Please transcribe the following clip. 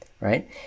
right